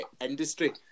industry